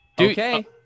Okay